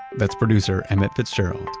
that's producer emmett fitzgerald.